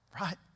Right